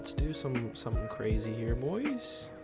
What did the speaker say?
do some something crazy here boys